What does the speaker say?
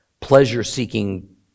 pleasure-seeking